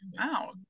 wow